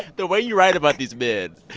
the way you write about these men,